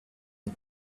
but